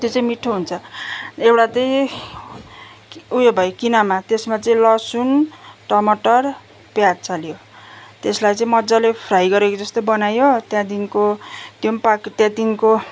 त्यो चाहिँ मिठो हुन्छ एउटा चाहिँ उयो भयो किनेमा त्यसमा चाहिँ लसुन टमाटर प्याज हाल्यो त्यसलाई चाहिँ मज्जाले फ्राई गरेको जस्तो बनायो त्यहाँदेखिको त्यो पनि पाक्यो त्यहाँदेखिको